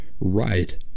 right